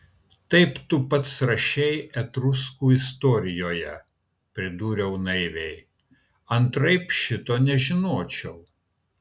taip tu pats rašei etruskų istorijoje pridūriau naiviai antraip šito nežinočiau